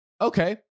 Okay